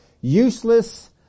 Useless